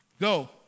Go